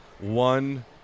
One